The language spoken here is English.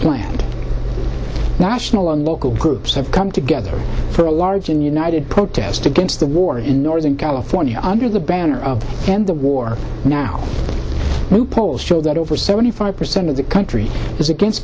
planned national and local groups have come together for a large and united protest against the war in northern california under the banner of end the war now new polls show that over seventy five percent of the country is against